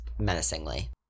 menacingly